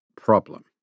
problem